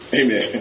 amen